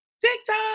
TikTok